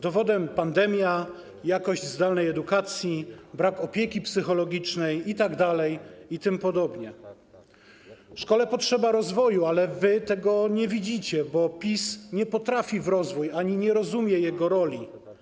Dowodem są pandemia, jakość zdalnej edukacji, brak opieki psychologicznej itd., itp. Szkole potrzeba rozwoju, ale wy tego nie widzicie, bo PiS nie potrafi w rozwój ani nie rozumie jego roli.